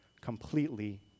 completely